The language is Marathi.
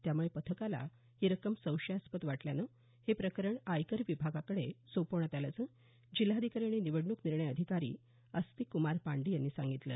त्यामुळे पथकास ही रक्कम संशयास्पद वाटल्यानं हे प्रकरण आयकर विभागाकडे सोपवण्यात आल्याचं जिल्हाधिकारी आणि निवडणूक निर्णय अधिकारी आस्तिकक्मार पांडे यांनी सांगितलं